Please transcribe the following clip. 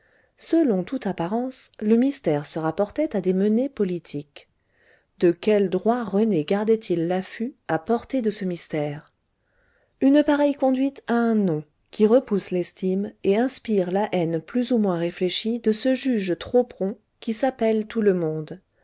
selon toute apparence le mystère se rapportait à des menées politiques de quel droit rené gardait il l'affût à portée de ce mystère une pareille conduite a un nom qui repousse l'estime et inspire la haine plus ou moins réfléchie de ce juge trop prompt qui s'appelle tout le monde